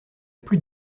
plus